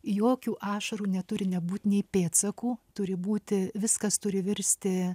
jokių ašarų neturi nebūt nei pėdsakų turi būti viskas turi virsti